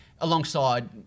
alongside